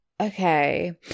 Okay